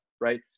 right